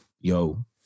Yo